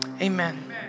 Amen